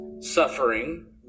suffering